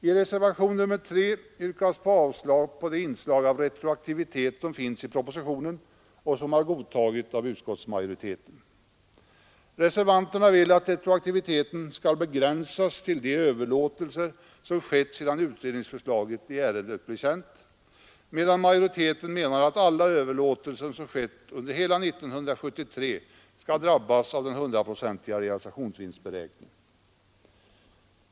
I reservationen 3 yrkas avslag på det inslag av retroaktivitet som finns i propositionen och som har godtagits av utskottsmajoriteten. Reservanterna vill att retroaktiviteten skall begränsas till de överlåtelser som skett sedan utredningsförslaget i ärendet blev känt, medan majoriteten menar att alla överlåtelser som skett under hela 1973 skall drabbas av den hundraprocentiga realisationsvinstberäkningen.